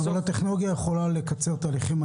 הטכנולוגיה יכולה לקצר תהליכים,